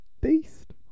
beast